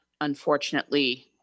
unfortunately